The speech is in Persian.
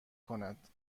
کند